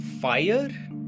fire